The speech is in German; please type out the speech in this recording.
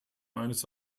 eines